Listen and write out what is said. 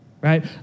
right